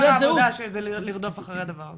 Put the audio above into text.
עיקר העבודה שלי זה לרדוף אחרי הדבר הזה.